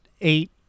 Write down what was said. eight